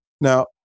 Now